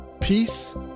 Peace